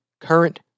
current